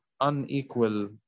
unequal